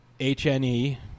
HNE